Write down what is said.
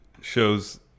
shows